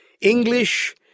English